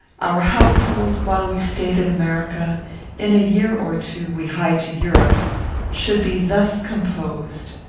our household, while we stayed in america in a year or two we hie to europe should be thus composed.